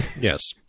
Yes